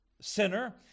sinner